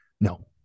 No